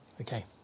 okay